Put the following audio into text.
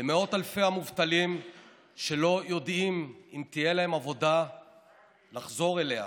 למאות אלפי המובטלים שלא יודעים אם תהיה להם עבודה לחזור אליה,